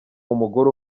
umugore